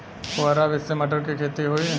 फुहरा विधि से मटर के खेती होई